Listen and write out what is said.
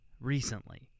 recently